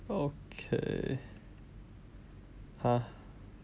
okay !huh!